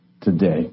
today